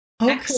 Okay